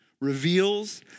reveals